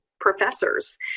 professors